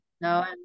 no